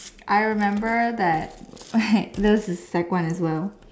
I remember that those were sec one as well